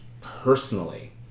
personally